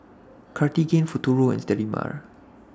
Cartigain Futuro and Sterimar